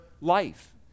life